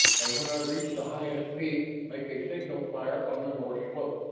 and when i reach the highest peak make a signal fire on the north slope.